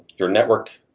your network